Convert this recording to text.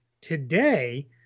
Today